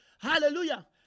Hallelujah